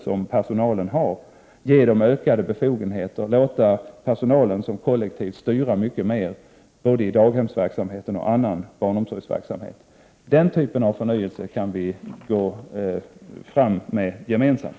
Det gäller att ge personalen ökade befogenheter och att låta personalen som kollektiv styra mycket mera både i daghemsverksamheten och i annan barnomsorgsverksamhet. När det gäller den typen av förnyelse kan vi gå fram gemensamt.